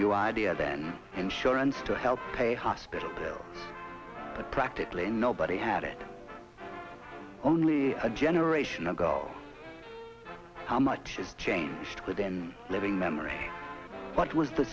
new idea then insurance to help pay hospital bills but practically nobody had it only a generation ago how much has changed within living memory what was the